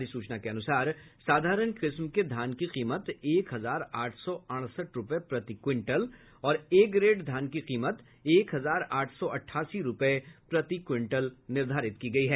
अधिसूचना के अनुसार साधारण किस्म के धान की कीमत एक हजार आठ सौ अड़सठ रूपये प्रति क्विंटल और ए ग्रेड धान की कीमत एक हजार आठ सौ अठासी रूपये प्रति क्विंटल निर्धारित की गयी है